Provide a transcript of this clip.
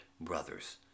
brothers